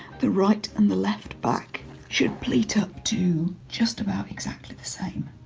the right and the left back should pleat up to just about exactly the same.